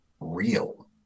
real